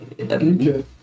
okay